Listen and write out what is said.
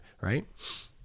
right